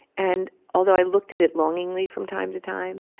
and although i looked at it longingly from time to time,